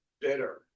bitter